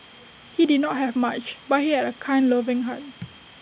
he did not have much but he had A kind loving heart